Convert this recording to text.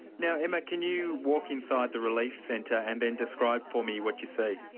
now, emma, can you walk inside the relief centre and then describe for me what you see?